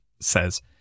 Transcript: says